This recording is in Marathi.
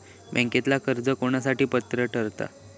बँकेतला कर्ज कोणासाठी पात्र ठरता?